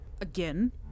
again